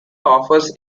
offers